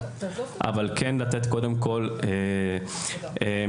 אבל כן לתת מסגור.